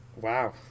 wow